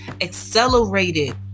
accelerated